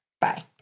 Bye